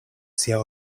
sia